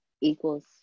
equals